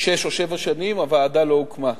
שש או שבע שנים והוועדה לא הוקמה,